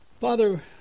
father